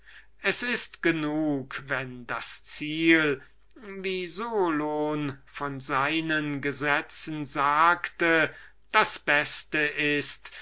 es ist genug wenn das ziel wie solon von seinen gesetzen sagte das beste ist